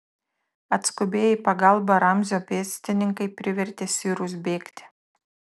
atskubėję į pagalbą ramzio pėstininkai privertė sirus bėgti